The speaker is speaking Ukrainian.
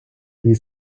від